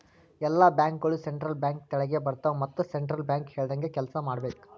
ಎಲ್ಲಾ ಬ್ಯಾಂಕ್ಗೋಳು central bank ತೆಳಗೆ ಬರ್ತಾವ ಮತ್ ಸೆಂಟ್ರಲ್ ಬ್ಯಾಂಕ್ ಹೇಳ್ದಂಗೆ ಕೆಲ್ಸಾ ಮಾಡ್ಬೇಕ್